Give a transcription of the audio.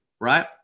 right